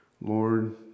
Lord